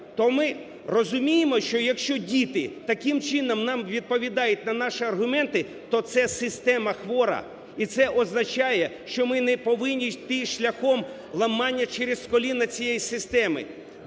То ми розуміємо, що якщо діти таким чином нам відповідають на наші аргументи, то це система хвора і це означає, що ми не повинні йти шляхом ламання через коліно цієї системи.